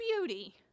beauty